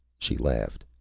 she laughed.